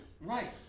Right